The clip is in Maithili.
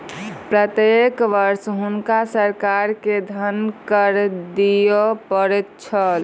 प्रत्येक वर्ष हुनका सरकार के धन कर दिअ पड़ैत छल